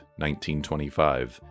1925